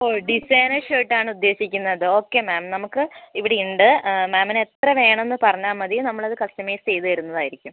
ഓ designer shirt ആണ് ഉദ്ദേശിക്കുന്നത് okay ma'am നമുക്ക് ഇവിടെ ഉണ്ട് മാമിന് എത്ര വേണമെന്ന് പറഞ്ഞാൽ മതി നമ്മൾ അത് കസ്റ്റമൈസ് ചെയ്ത് തരുന്നത് ആയിരിക്കും